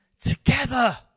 together